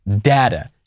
data